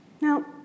Now